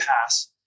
pass